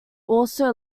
also